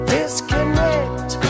Disconnect